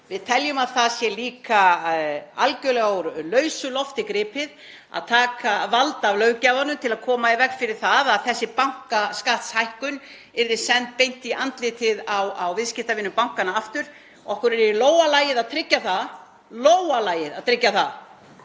Við teljum að það sé líka algerlega úr lausu lofti gripið að taka vald af löggjafanum til að koma í veg fyrir það að þessi bankaskattshækkun yrði send beint í andlitið á viðskiptavinum bankanna aftur. Okkur er í lófa lagið að tryggja það að við fáum þennan